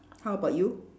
how about you